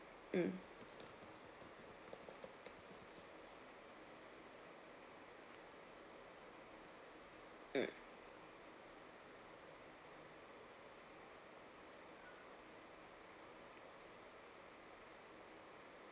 mm mm